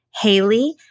Haley